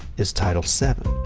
is title seven.